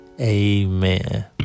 Amen